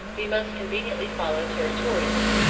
be most conveniently followed territorially,